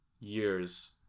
years